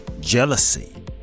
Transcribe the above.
jealousy